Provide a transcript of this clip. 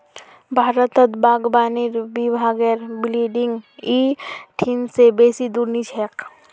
भारतत बागवानी विभागेर बिल्डिंग इ ठिन से बेसी दूर नी छेक